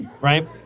Right